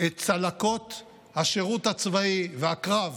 את צלקות השירות הצבאי והקרב